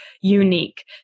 unique